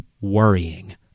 worrying